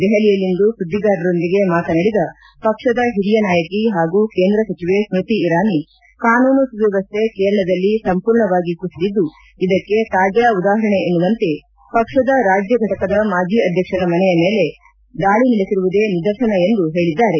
ದೆಹಲಿಯಲ್ಲಿಂದು ಸುದ್ದಿಗಾರರೊಂದಿಗೆ ಮಾತನಾಡಿದ ಪಕ್ಷದ ಹಿರಿಯ ನಾಯಕಿ ಹಾಗೂ ಕೇಂದ್ರ ಸಚಿವೆ ಸ್ಮತಿ ಇರಾನಿ ಕಾನೂನು ಸುವ್ದವಸ್ಥೆ ಕೇರಳದಲ್ಲಿ ಸಂಪೂರ್ಣವಾಗಿ ಕುಸಿದಿದ್ದು ಇದಕ್ಕೆ ತಾಜಾ ಉದಾಹರಣೆ ಎನ್ನುವಂತೆ ಪಕ್ಷದ ರಾಜ್ಞ ಘಟಕ ಮಾಜಿ ಅಧ್ಯಕ್ಷರ ಮನೆಯ ಮೇಲೆ ದಾಳಿ ನಡೆಸಿರುವುದೇ ನಿದರ್ಶನ ಎಂದು ಹೇಳಿದ್ದಾರೆ